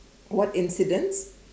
what incident